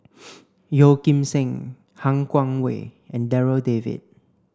Yeo Kim Seng Han Guangwei and Darryl David